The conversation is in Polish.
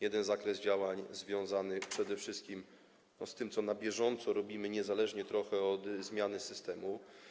Jeden zakres działań jest związany przede wszystkim z tym, co na bieżąco robimy, niezależnie trochę od zmiany systemu.